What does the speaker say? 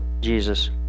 Jesus